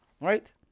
right